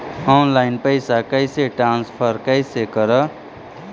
Online पैसा कैसे transfer कैसे कर?